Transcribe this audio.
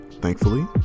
thankfully